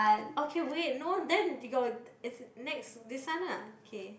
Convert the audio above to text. okay wait no then we got is next this one lah okay